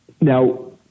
Now